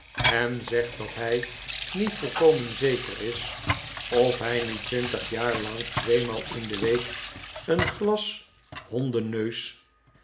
en zegt dat hij niet volkomen zeker is of hij niet twintig jaar lang tweemaal in de week een glas